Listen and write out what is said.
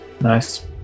Nice